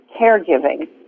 caregiving